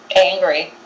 angry